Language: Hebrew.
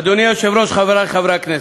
אדוני היושב-ראש, חברי חברי הכנסת,